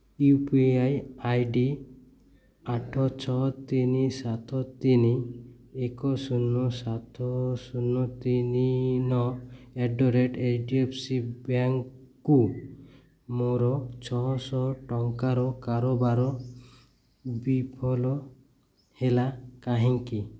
you P I I D ଆଠ ଛଅ ତିନି ସାତ ତିନି ଏକ ଶୂନ ସାତ ଶୂନ ତିନି ନଅ at the rate H D F C ବ୍ୟାଙ୍କ୍କୁ ମୋର ଛଅଶହ ଟଙ୍କାର କାରବାର ବିଫଳ ହେଲା କାହିଁକି